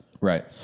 Right